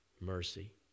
mercy